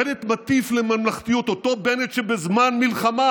בנט מטיף לממלכתיות, אותו בנט שבזמן מלחמה,